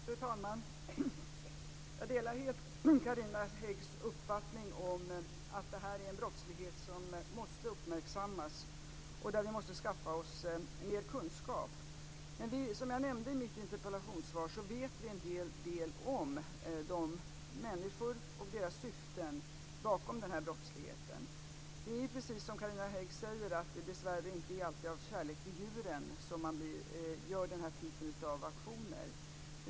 Fru talman! Jag delar helt Carina Häggs uppfattning att det här är en brottslighet som måste uppmärksammas och att vi måste skaffa oss mer kunskap. Men som jag nämnde i mitt interpellationssvar vet vi en hel del om de människor som står bakom den här brottsligheten och deras syften. Det är precis så som Carina Hägg säger, att det dessvärre inte alltid är av kärlek till djuren som man gör den här typen av aktioner.